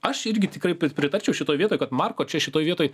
aš irgi tikrai pritarčiau šitoj vietoj kad marko čia šitoj vietoj